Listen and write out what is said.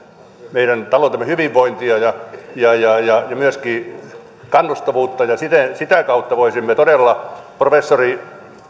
meidän taloutemme hyvinvointia ja ja myöskin kannustavuutta ja sitä kautta voisimme todella professori